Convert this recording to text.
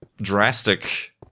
Drastic